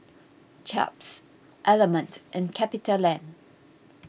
Chaps Element and CapitaLand